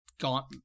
gaunt